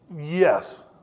Yes